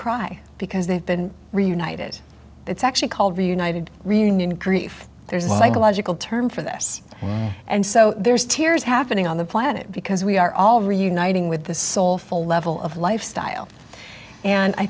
cry because they've been reunited it's actually called the united reunion grief there's a psychological term for this and so there's tears happening on the planet because we are all reuniting with the soulful level of lifestyle and i